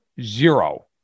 Zero